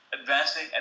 advancing